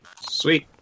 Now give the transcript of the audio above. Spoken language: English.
Sweet